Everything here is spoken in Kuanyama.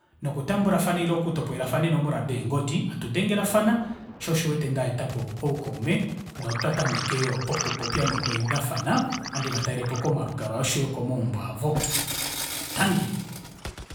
Nokutambulafana ile oku topolelafana eenomola deengodi hatu dengelafana shoo osho uwete ndaetapo oukaume notwa tameka okupopya nokweendafana handi vatalelepo komalukalwa oshoyo komaumbo avo tangi